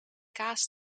kaas